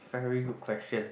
very good question